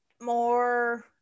more